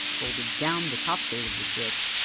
folded down the top third of the strip.